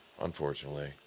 unfortunately